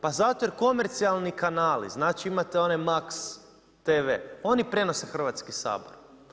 Pa zato jer komercijalni kanali, znači imate onaj MAX tv, oni prenose Hrvatski sabor.